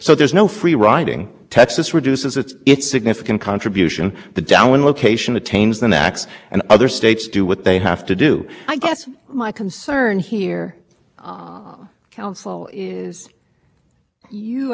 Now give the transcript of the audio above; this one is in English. lots of states where because they didn't look at it they overcontrolled based on their own data nothing we're saying with respect to at least the first four states would preclude them from saying on remand that there's some factor that they haven't identified but with respect to the